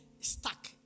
stuck